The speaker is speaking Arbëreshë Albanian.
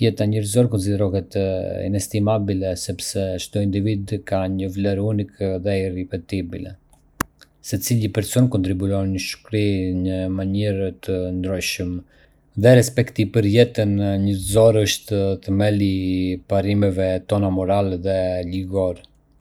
Jeta njerëzore konsiderohet inestimabile sepse çdo individ ka një vlerë unike dhe të irripetibile. Secili person kontribuon në shoqëri në mënyra të ndryshme, dhe respekti për jetën njerëzore është themeli i parimeve tona morale dhe ligjore.